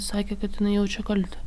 sakė kad jinai jaučia kaltę